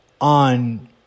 on